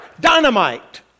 dynamite